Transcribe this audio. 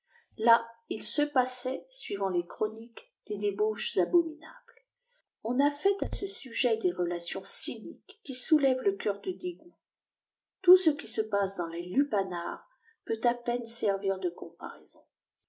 là ilsepamit suivant lësciironiquesy des débauches abominables on a fait à ce sujet des relations df niques qui soulèvent le cœur da dégoût tout ce qui se passe dtfns les lupanars peut à peine servir de comparaison